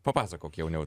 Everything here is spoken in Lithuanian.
papasakok jauniau